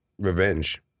revenge